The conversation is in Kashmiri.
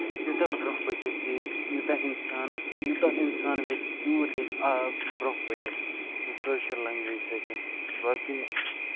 یوٗتاہ برونہہ پٔکِتھ یہِ یوٗتاہ اِنسانَس یوٗتاہ اِنسان ییٚژھِ تیوٗت ہیٚکہِ آب برونہہ پٔکِتھ کٲشِر لینگویج سۭتۍ باقی نہٕ